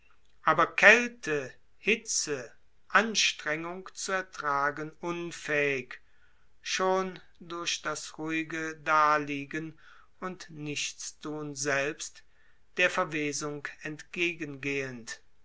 anzuschauen kälte hitze anstrengung zu ertragen unfähig durch das ruhige daliegen und nichtsthun selbst der verwesung entgegengehend